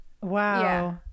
wow